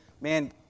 man